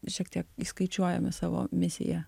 šiek tiek įskaičiuojame savo misiją